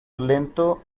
lento